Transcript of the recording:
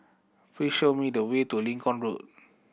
please show me the way to Lincoln Road